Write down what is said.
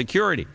security